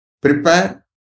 prepare